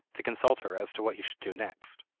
to consult her as to what he should do next.